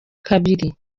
kabiri